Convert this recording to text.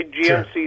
GMC